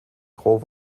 gros